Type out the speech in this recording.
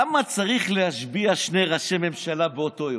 למה צריך להשביע שני ראשי ממשלה באותו יום?